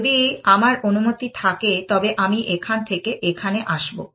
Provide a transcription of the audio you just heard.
যদি আমার অনুমতি থাকে তবে আমি এখান থেকে এখানে আসবো